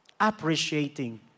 appreciating